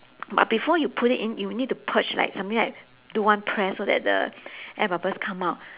but before you put it in you need to push like something like do one press so that the air bubbles come out